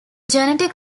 genetic